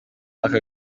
aka